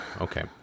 Okay